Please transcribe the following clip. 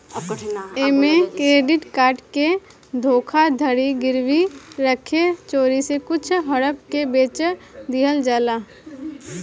ऐमे credit card के धोखाधड़ी गिरवी रखे चोरी से कुछ हड़प के बेच दिहल जाला